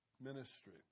ministry